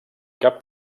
cap